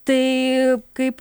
tai kaip